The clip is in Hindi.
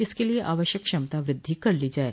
इसके लिये आवश्यक क्षमता वृद्धि कर ली जाये